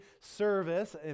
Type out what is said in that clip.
service